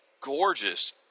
gorgeous